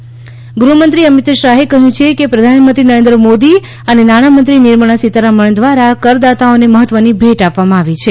Amit Shah tax ગૃહમંત્રી અમિત શાહે કહ્યું છે કે પ્રધાનમંત્રી નરેન્દ્ર મોદી અને નાણામંત્રી નિર્મળા સીતારમણ દ્વારા કરદાતાઓને મહત્વની ભેટ આપવામાં આવી છે